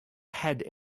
had